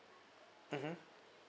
mmhmm